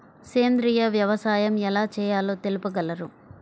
సేంద్రీయ వ్యవసాయం ఎలా చేయాలో తెలుపగలరు?